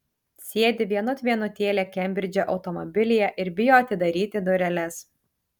sėdi vienut vienutėlė kembridže automobilyje ir bijo atidaryti dureles